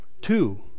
Two